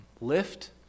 lift